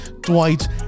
dwight